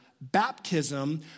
baptism